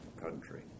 country